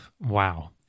wow